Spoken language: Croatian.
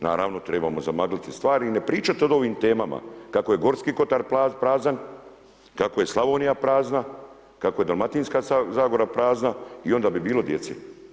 Naravno trebamo zamagliti stvari i ne pričati o ovim temama kako je Gorski kotar prazan, kako je Slavonija prazna, kako je Dalmatinska zagora i onda bi bilo djece.